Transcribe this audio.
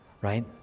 right